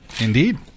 Indeed